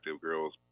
girls